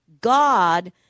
God